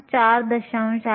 4 आहे